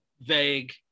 vague